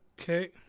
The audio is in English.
Okay